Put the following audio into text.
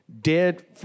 dead